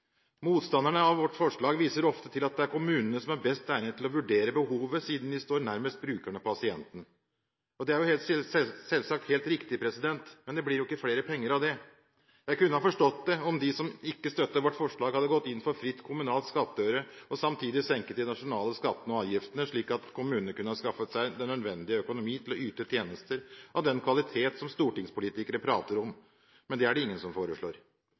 Motstanderne av vårt forslag viser ofte til at det er kommunene som er best egnet til å vurdere behovet siden de står nærmest brukerne og pasientene. Det er selvsagt helt riktig, men det blir jo ikke flere penger av det. Jeg kunne ha forstått det om de som ikke støtter vårt forslag, hadde gått inn for fri kommunal skattøre, og samtidig senket de nasjonale skattene og avgiftene, slik at kommunene kunne ha skaffet seg den nødvendige økonomi til å yte tjenester av den kvalitet som stortingspolitikere prater om, men det er det ingen som foreslår.